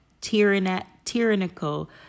tyrannical